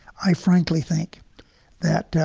i frankly think that.